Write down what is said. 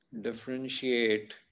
differentiate